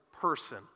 person